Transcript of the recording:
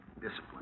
Discipline